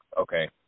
okay